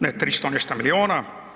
Ne 300 i nešto milijuna.